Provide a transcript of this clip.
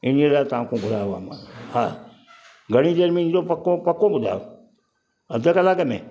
इन्हीअ लाइ तव्हांखा घुरायो आहे मां हा घणी देरि में ईंदो पको पको ॿुधायो अधि कलाकु में